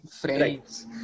friends